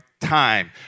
time